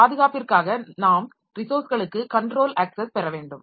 பாதுகாப்பிற்காக நாம் ரிசோர்ஸ்களுக்கு கண்ட்ரோல் அக்சஸ் பெற வேண்டும்